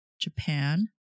Japan